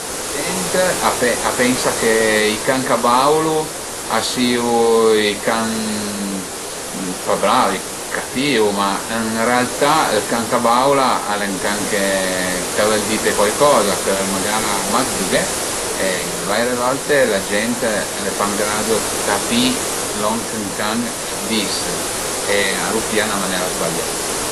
La gent a pensa che i can ch'a baulu a sìu i can pa bravi, catìu, ma ën realtà ël can ch'a baula al e ën can che ch'a völ dite cuaicoza, ch'a völ magara mach giughé e vaire volt la gent al e pa ën grado dë capì lon ch'ën can a dis e a lu pìa ën la manera sbaglià